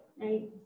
right